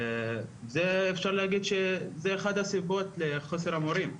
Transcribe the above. זה אפשר להגיד שזו אחת הסיבות לחוסר המורים.